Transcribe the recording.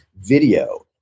video